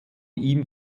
ihm